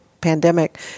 pandemic